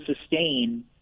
sustain